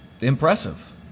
Impressive